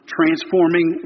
transforming